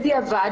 בדיעבד,